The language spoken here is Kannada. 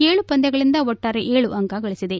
ಏಳು ಪಂದ್ಯಗಳಿಂದ ಒಟ್ಟಾರೆ ಏಳು ಅಂಕ ಗಳಿಸಿದೆ